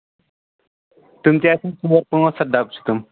تِم تہِ آسَن ژور پانٛژھ ہَتھ ڈَبہٕ چھِ تِم